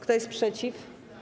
Kto jest przeciw?